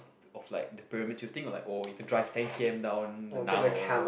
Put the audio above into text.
of like the pyramid you think like oh you to drive ten K_M down the Nile or whatever